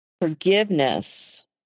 forgiveness